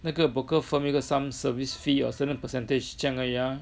那个 broker firm 一个 some service fee or certain percentage 这样而已啊